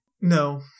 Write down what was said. No